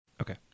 okay